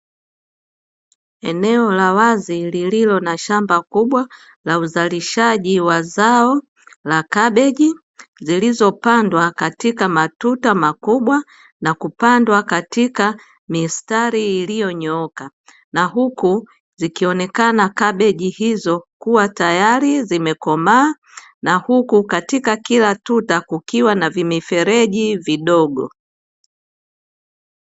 Eneo la wazi lililo na shamba kubwa la uzalishaji wa zao la kabichi zilizopandwa katika matuta makubwa, na kupandwa katika mistari iliyonyooka, na huku zikionekana kabichi hizo kuwa tayari zimekomaa na huku katika kila tuta kukiwa na vimifereji vidogo.